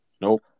Nope